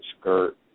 skirt